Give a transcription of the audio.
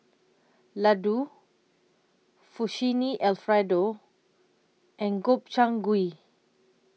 Ladoo Alfredo and Gobchang Gui